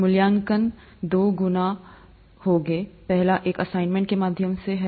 मूल्यांकन दो गुना होंगे पहला एक असाइनमेंट के माध्यम से है